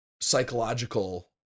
psychological